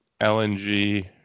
LNG